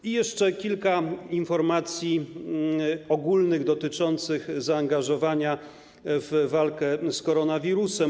I jeszcze kilka informacji ogólnych dotyczących zaangażowania w walkę z koronawirusem.